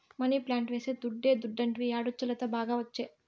money plant వేస్తే దుడ్డే దుడ్డంటివి యాడొచ్చే లత, బాగా ఒచ్చే